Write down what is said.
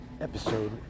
episode